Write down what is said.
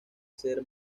ser